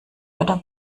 oder